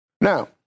Now